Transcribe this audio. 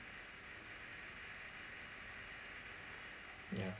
yeah